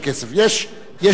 יש עוגה,